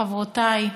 חברותי,